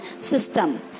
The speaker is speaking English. system